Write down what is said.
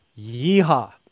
Yeehaw